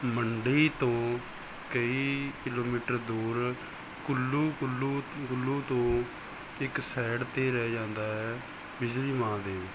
ਮੰਡੀ ਤੋਂ ਕਈ ਕਿਲੋਮੀਟਰ ਦੂਰ ਕੂਲੂ ਕੁੱਲੂ ਕੂਲੂ ਤੋਂ ਇੱਕ ਸਾਈਡ ਤੇ ਰਹਿ ਜਾਂਦਾ ਹੈ ਬਿਜਲੀ ਮਹਾਦੇਵ